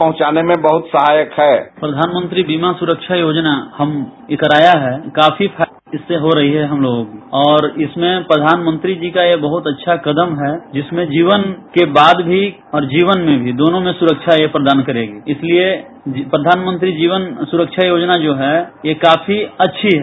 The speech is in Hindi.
बाइट चंदन ठाकुर प्रधानमंत्री बीमा सड़क योजना हमने कराया है काफी इससे फायदा हो रही है हमलोगों को और इसमें प्रधानमंत्री जी का यह बहुत अच्छा कदम है जिसमें जीवन के बाद भी और जीवन में भी दोनों में सुरक्षा ये प्रदान करेंगी इसलिए प्रधानमंत्री जीवन सुरक्षा योजना जो है ये काफी अच्छी है